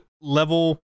level